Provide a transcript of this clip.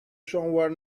somewhere